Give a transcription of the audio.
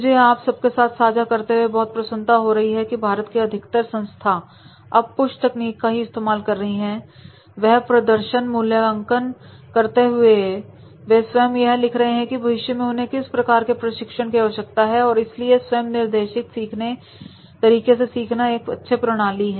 मुझे आप सबके साथ यह साझा करते हुए बहुत प्रसन्नता हो रही है कि भारत के अधिकतर संस्थाएं अब पुश तकनीक का ही इस्तेमाल कर रही है और वहां प्रदर्शन मूल्यांकन करते हुए वे स्वयं यह लिख रहे हैं की भविष्य में उन्हें किस प्रकार के प्रशिक्षण की आवश्यकता है और इसीलिए स्वयं निर्देशित तरीके से सीखना एक अच्छे प्रणाली है